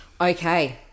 okay